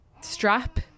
strap